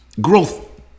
Growth